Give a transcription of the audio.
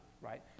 right